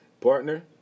Partner